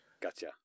Gotcha